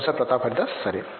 professor Pratap Haridas సరే